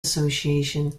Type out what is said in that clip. association